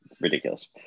Ridiculous